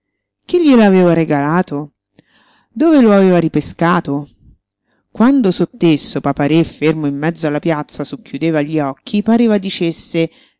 chi gliel'aveva regalato dove lo aveva ripescato quando sott'esso papa-re fermo in mezzo alla piazza socchiudeva gli occhi pareva dicesse